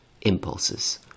impulses